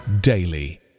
daily